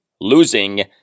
losing